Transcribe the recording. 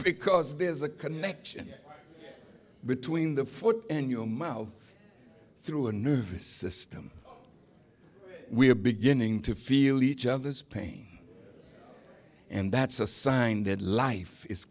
because there's a connection between the foot in your mouth through a new system we're beginning to feel each other's pain and that's a sign that life is